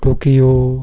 Tokyo